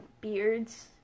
beards